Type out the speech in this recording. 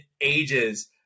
ages